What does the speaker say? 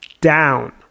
down